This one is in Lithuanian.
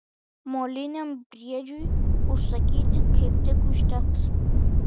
moliniam briedžiui užsakyti kaip tik užteks